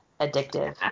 addictive